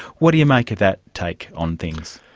what do you make of that take on things?